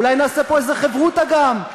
אולי נעשה פה איזה חברותא גם,